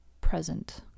present